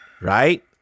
Right